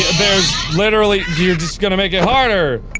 there's literally you're just gonna make it harder.